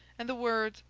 and the words,